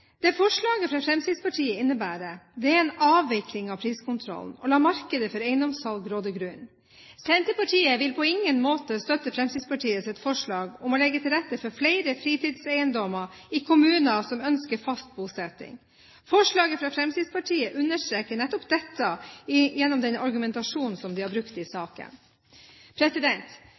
Det forslaget fra Fremskrittspartiet innebærer, er en avvikling av priskontrollen og la markedet for eiendomssalg råde grunnen. Senterpartiet vil på ingen måte støtte Fremskrittspartiets forslag om å legge til rette for flere fritidseiendommer i kommuner som ønsker fast bosetting. Forslaget fra Fremskrittspartiet understreker nettopp dette gjennom den argumentasjonen som de har brukt i saken.